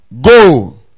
go